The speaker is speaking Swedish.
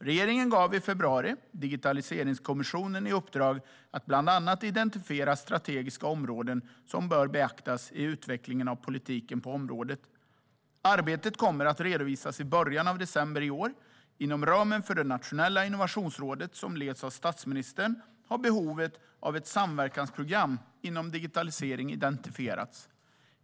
Regeringen gav i februari Digitaliseringskommissionen i uppdrag att bland annat identifiera strategiska områden som bör beaktas i utvecklingen av politiken på området. Arbetet kommer att redovisas i början av december i år. Inom ramen för det nationella Innovationsrådet som leds av statsministern har behovet av ett samverkansprogram inom digitalisering identifierats.